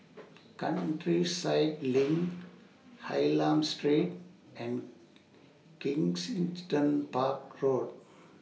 Countryside LINK Hylam Street and Kensington Park Road